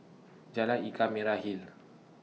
Jalan Ikan Merah Hill